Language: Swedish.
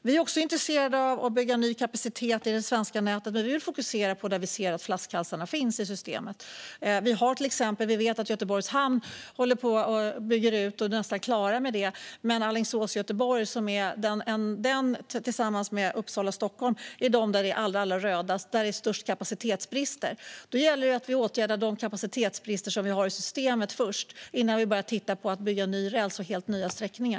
Vi är också intresserade av att bygga ny kapacitet i det svenska nätet, men vi vill lägga fokus där vi ser att flaskhalsarna finns i systemet. Vi vet till exempel att Göteborgs hamn håller på att bygga ut och är nästan klar med det medan Alingsås-Göteborg tillsammans med Uppsala-Stockholm är allra rödast och har störst kapacitetsbrist. Då gäller det att vi åtgärdar de kapacitetsbrister som vi har i systemet först, innan vi börjar titta på att bygga ny räls och helt nya sträckningar.